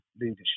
leadership